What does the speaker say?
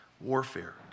warfare